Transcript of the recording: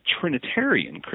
Trinitarian